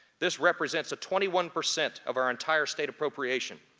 this represents twenty one percent of our entire state appropriation.